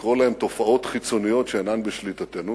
לקרוא להן תופעות חיצוניות שאינן בשליטתנו.